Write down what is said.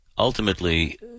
Ultimately